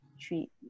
treat